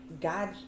God